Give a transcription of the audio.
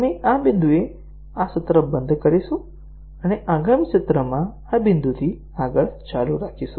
આપણે આ બિંદુએ આ સત્ર બંધ કરીશું અને આગામી સત્રમાં આ બિંદુથી આગળ ચાલુ રાખીશું